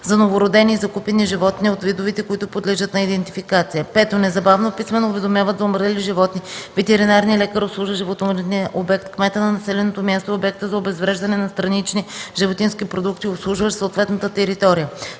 за новородени и закупени животни от видове, които подлежат на идентификация; 5. незабавно, писмено уведомяват за умрели животни ветеринарния лекар, обслужващ животновъдния обект, кмета на населеното място и обекта за обезвреждане на странични животински продукти, обслужващ съответната територия;